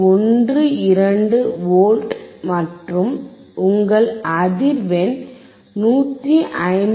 12 V மற்றும் உங்கள் அதிர்வெண் 159